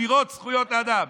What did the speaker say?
אבירות זכויות האדם,